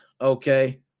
okay